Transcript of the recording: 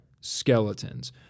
skeletons